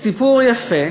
סיפור יפה